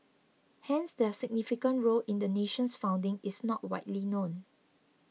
hence their significant role in the nation's founding is not widely known